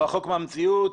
רחוק מהמציאות,